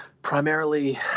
primarily